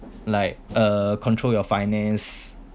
like uh control your finance